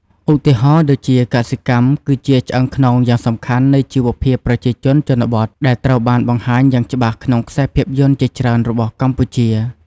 ឧទាហរណ៍ដូចជា កសិកម្ម គឺជាឆ្អឹងខ្នងយ៉ាងសំខាន់នៃជីវភាពប្រជាជនជនបទ ដែលត្រូវបានបង្ហាញយ៉ាងច្បាស់ក្នុងខ្សែភាពយន្តជាច្រើនរបស់កម្ពុជា។